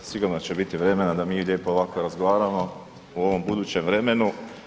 Sigurno će biti vremena da mi lijepo ovako razgovaramo u ovom budućem vremenu.